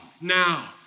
now